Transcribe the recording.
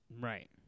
Right